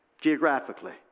geographically